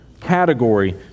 category